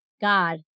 God